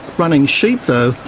running sheep, though,